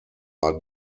are